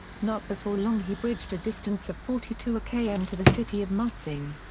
not before long he bridged a distance of forty two km to the city of mutzing.